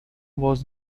was